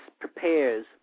prepares